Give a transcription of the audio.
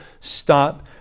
stop